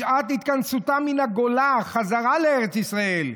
בשעת התכנסותה מן הגולה חזרה לארץ ישראל,